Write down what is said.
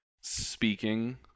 speaking